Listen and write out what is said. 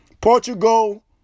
Portugal